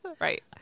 Right